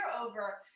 over